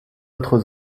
autres